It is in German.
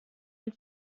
ein